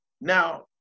Now